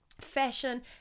fashion